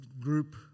group